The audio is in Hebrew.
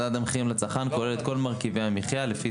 מדד המחירים לצרכן כולל את כל מרכיבי המחיה לפי